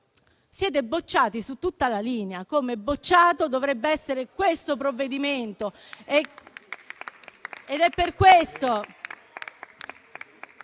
siete bocciati su tutta la linea, come bocciato dovrebbe essere questo provvedimento.